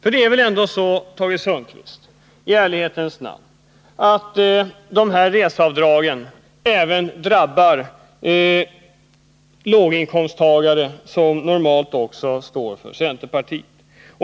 I ärlighetens namn: När det gäller de här reseavdragen drabbas väl även låginkomsttagare inom centerpartiet?